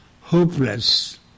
hopeless